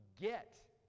get